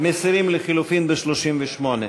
מסירים לחלופין ב-38.